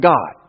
God